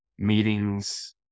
meetings